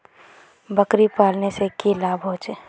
बकरी पालने से की की लाभ होचे?